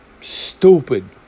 stupid